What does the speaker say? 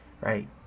right